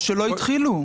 או שלא התחילו.